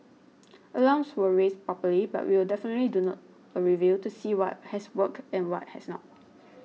alarms were raised properly but we will definitely do not a review to see what has worked and what has not